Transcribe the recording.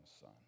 son